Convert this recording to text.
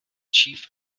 chief